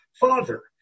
Father